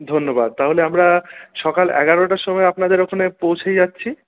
ধন্যবাদ তাহলে আমরা সকাল এগারোটার সময় আপনাদের ওখানে পৌঁছে যাচ্ছি